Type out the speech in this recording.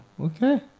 Okay